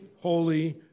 holy